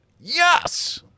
yes